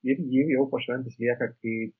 ir ji jau po šventės lieka kaip